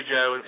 Joe